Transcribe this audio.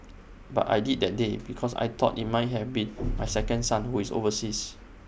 but I did that day because I thought IT might have been my second son who is overseas